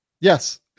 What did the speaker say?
Yes